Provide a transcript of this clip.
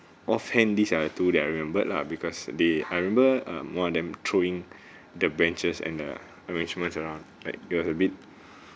offhand these are two that I remembered lah because they I remember um one of them throwing the benches and the arrangements around like it was a bit